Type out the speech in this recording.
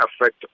affect